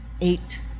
eight